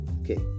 okay